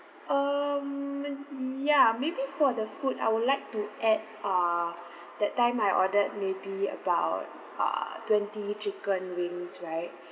um ya maybe for the food I would like to add err that time I ordered maybe about uh twenty chicken wings right